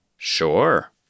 Sure